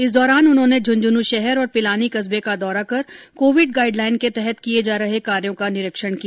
इस दौरान उन्होंने झंझनूं शहर और पिलानी कस्बे का दौरा कर कोविड गाईडलाईन के तहत किये जा रहे कार्यो का निरीक्षण किया